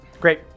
Great